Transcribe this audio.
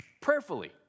prayerfully